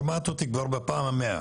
שמעת אותי כבר בפעם המאה,